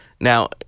Now